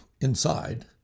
inside